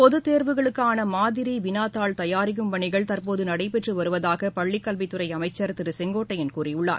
பொதத்தேர்வுகளுக்னன மாதிரி வினாத்தாள் தயாரிக்கும் பணிகள் தற்போது நடைபெற்று வருவதாக பள்ளிக்கல்வித்துறை அமைச்சர் திரு கே ஏ செங்கோட்டையன் கூறியுள்ளார்